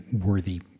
worthy